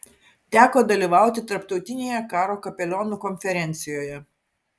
teko dalyvauti tarptautinėje karo kapelionų konferencijoje